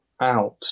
out